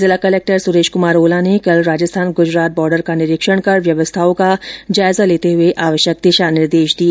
जिला कलेक्टर सुरेश कुमार ओला ने कल राजस्थान गुजरात बोर्डर का निरीक्षण कर व्यवस्थाओं का जायजा लेते हुए आवश्यक दिशा निर्देश दिए